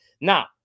Now